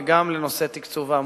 וגם לנושא תקצוב העמותות.